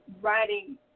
writing